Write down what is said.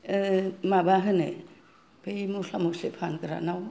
माबा होनो बै मस्ला मस्लि फानग्रानाव